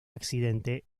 accidente